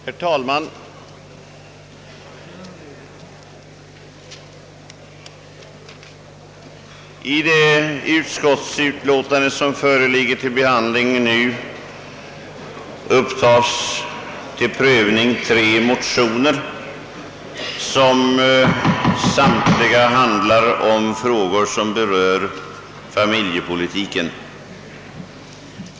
Herr talman! I det utskottsutlåtande som nu föreligger till behandling upptas till prövning tre motioner, vilka samtliga handlar om frågor som berör familjepolitiken.